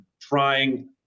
trying